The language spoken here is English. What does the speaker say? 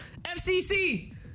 FCC